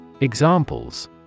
Examples